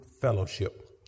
fellowship